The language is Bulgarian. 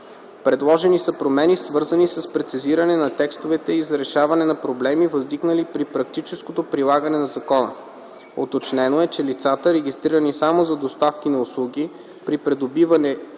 Предложени са промени, свързани с прецизиране на текстове и за решаване на проблеми, възникнали при практическото прилагане на закона. Уточнено е, че лицата, регистрирани само за доставки на услуги, при придобиване